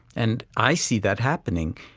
and i see that happening,